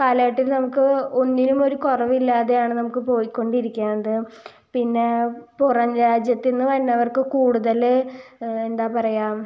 കാലഘട്ടത്തിൽ നമുക്ക് ഒന്നിനും ഒരു കുറവില്ലാതെ ആണ് നമുക്ക് പോയി കൊണ്ടിരിക്കുന്നത് പിന്നെ പുറം രാജ്യത്ത് നിന്ന് വന്നവർക്ക് കൂടുതൽ എന്താണ് പറയുക